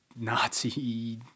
Nazi